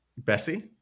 Bessie